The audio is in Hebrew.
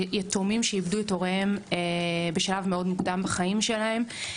ליתומים שאיבדו את הוריהם בשלב מאוד מוקדם בחיים שלהם.